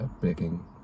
baking